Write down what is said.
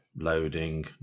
loading